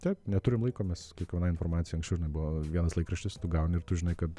taip neturim laiko mes kiekvienai informacijai anksčiau buvo vienas laikraštis tu gauni ir tu žinai kad